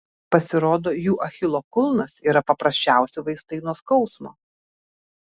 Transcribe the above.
pasirodo jų achilo kulnas yra paprasčiausi vaistai nuo skausmo